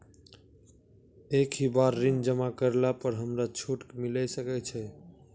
एक ही बार ऋण जमा करला पर हमरा छूट मिले सकय छै?